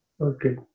Okay